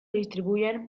distribuyen